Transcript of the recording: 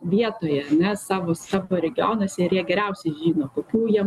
vietoje ane savo savo regionuose ir jie geriausiai žino kokių jiem